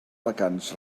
vacants